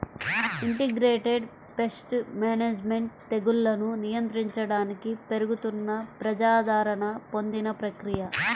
integrated pest management తెగుళ్లను నియంత్రించడానికి పెరుగుతున్న ప్రజాదరణ పొందిన ప్రక్రియ